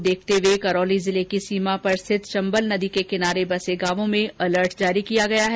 इसे देखते हुए करौली जिले की सीमा पर स्थित चम्बल नदी के किनारे बसे गांवों को अलर्ट किया गया है